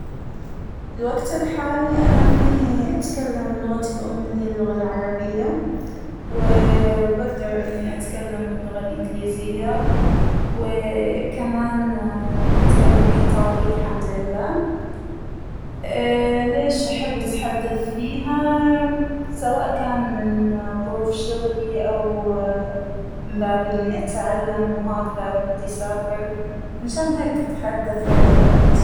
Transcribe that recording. الوقت الحالى أنا فينى أتكلم لغتى الأم اللى هى اللغة العربية ، وااا- بقدر إنى أتكلم باللغة الإنجليزية ، وااا- كمان اا- بتكلم إيطالى الحمد لله ، ااا- ليش أحب أتحدث فيها سواء كان من ظروف شغلى أو ااا- من باب إنى أتعلم وهكذا بدى أسافر منشان هيك أتحدث بهاى اللغات.